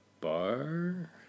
bar